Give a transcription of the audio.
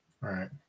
right